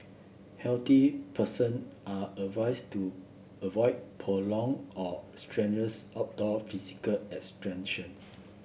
healthy person are advised to avoid prolong or strenuous outdoor physical